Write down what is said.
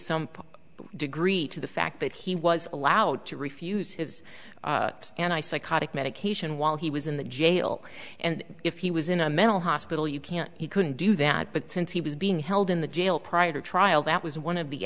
some degree to the fact that he was allowed to refuse his and i psychotic medication while he was in the jail and if he was in a mental hospital you can't he couldn't do that but since he was being held in the jail prior to trial that was one of the